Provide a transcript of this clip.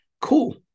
Cool